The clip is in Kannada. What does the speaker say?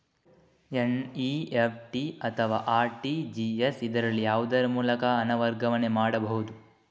ಎನ್.ಇ.ಎಫ್.ಟಿ ಅಥವಾ ಆರ್.ಟಿ.ಜಿ.ಎಸ್, ಇದರಲ್ಲಿ ಯಾವುದರ ಮೂಲಕ ಹಣ ವರ್ಗಾವಣೆ ಮಾಡಬಹುದು?